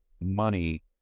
money